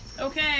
Okay